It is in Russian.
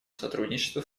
сотрудничеству